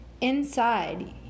inside